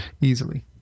easily